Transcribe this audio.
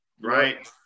Right